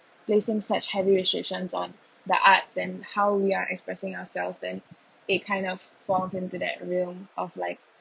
placing such heavy restrictions on the arts and how we are expressing ourselves then it kind of falls into that room of like